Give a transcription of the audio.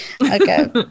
okay